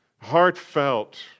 heartfelt